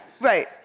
Right